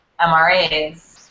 MRAs